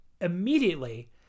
immediately